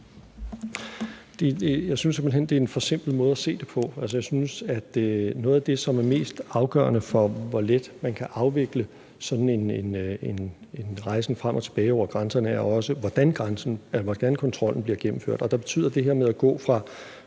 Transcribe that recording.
Jeg synes simpelt hen, at det er en forsimplet måde at se det på. Altså, jeg synes, at noget af det, som er mest afgørende for, hvor let man kan afvikle sådan en rejsen frem og tilbage over grænserne, er også, hvordan kontrollen af grænsen bliver gennemført. Og der betyder det her med at gå fra